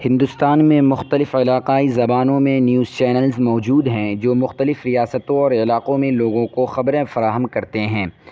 ہندوستان میں مختلف علاقائی زبانوں میں نیوز چینلز موجود ہیں جو مختلف ریاستوں اور علاقوں میں لوگوں کو خبریں فراہم کرتے ہیں